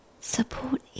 support